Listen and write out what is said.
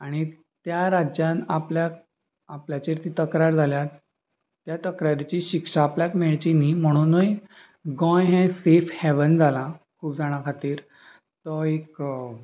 आनी त्या राज्यान आपल्याक आपल्याचेर ती तक्रार जाल्या त्या तक्रारेची शिक्षा आपल्याक मेळची न्हय म्हणुनूय गोंय हें सेफ हेवन जालां खूब जाणां खातीर तो एक